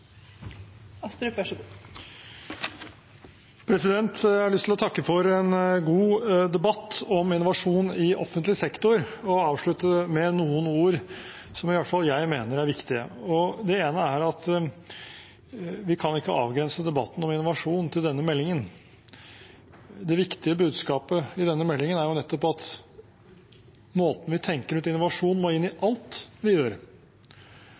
Jeg har lyst til å takke for en god debatt om innovasjon i offentlig sektor og avslutte med noen ord som i hvert fall jeg mener er viktige. Det ene er at vi ikke kan avgrense debatten om innovasjon til denne meldingen. Det viktige budskapet i denne meldingen er jo nettopp at måten vi tenker innovasjon på, må inn i alt vi gjør.